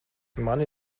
mani